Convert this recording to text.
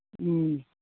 ꯎꯝ